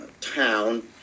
town